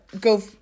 Go